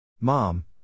Mom